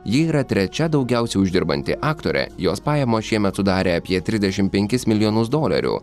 ji yra trečia daugiausiai uždirbanti aktorė jos pajamos šiemet sudarė apie trisdešim penkis milijonus dolerių